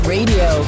Radio